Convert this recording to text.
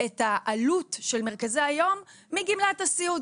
את העלות של מרכזי היום מגמלת הסיעוד,